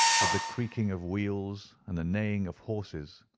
with the creaking of wheels and the neighing of horses.